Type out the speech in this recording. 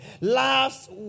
Last